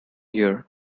here